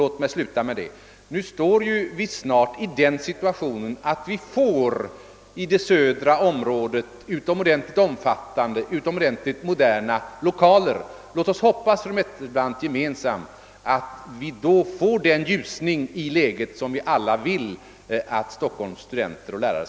Låt mig sluta med att säga att situationen nu är den att vi i det södra området snart får utomordentligt rymliga och moderna lokaler. Låt oss, fru Nettelbrandt, gemensamt hoppas att det då inträder den ljusning i läget, som vi alla önskar Stockholms studenter och lärare.